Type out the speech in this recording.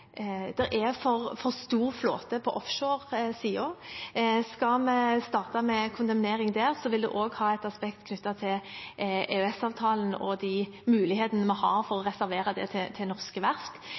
for stor flåte på offshore-siden. Skal vi starte med kondemnering der, vil det også ha et aspekt knyttet til EØS-avtalen og de mulighetene vi har for å